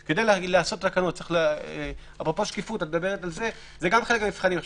גם השקיפות היא חלק מהמבחנים.